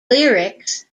lyrics